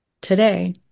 today